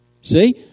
See